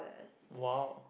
!wow!